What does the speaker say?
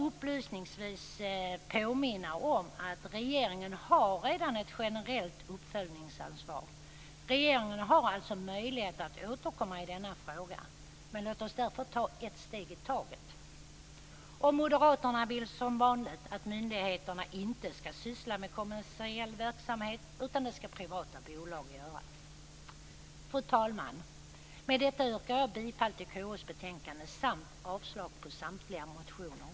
Upplysningsvis vill jag då påminna om att regeringen redan har ett generellt uppföljningsansvar. Regeringen har alltså möjlighet att återkomma i denna fråga. Låt oss därför ta ett steg i taget. Moderaterna vill som vanligt att myndigheterna inte skall syssla med kommersiell verksamhet, utan det skall privata bolag göra. Fru talman! Med detta yrkar jag bifall till hemställan i KU:s betänkande samt avslag på samtliga motioner.